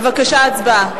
בבקשה, הצבעה.